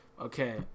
Okay